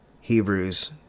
Hebrews